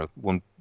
One